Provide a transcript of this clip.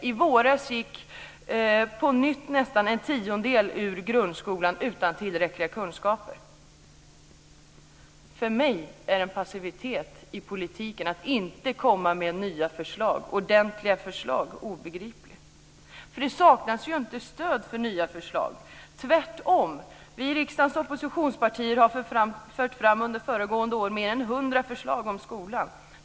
I våras gick på nytt nästan en tiondel av eleverna ut grundskolan utan tillräckliga kunskaper. Att inte komma med nya ordentliga förslag är en passivitet i politiken som är obegriplig för mig. Det saknas ju inte stöd för nya förslag - tvärtom. Vi i riksdagens oppositionspartier har under föregående år fört fram mer än 100 förslag om skolan.